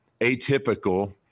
atypical